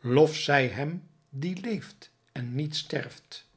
lof zij hem die leeft en niet sterft